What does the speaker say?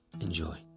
enjoy